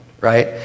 Right